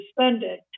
suspended